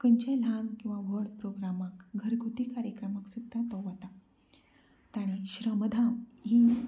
खंयचेय ल्हान किंवा व्हड प्रोग्रामाक घरगुती कार्यक्रमाक सुद्दां तो वता तांणी श्रमधाम ही